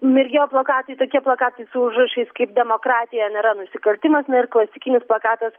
mirgėjo plakatai tokie plakatai su užrašais kaip demokratija nėra nusikaltimas na ir klasikinis plakatas